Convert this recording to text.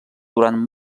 durant